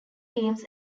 games